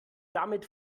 damit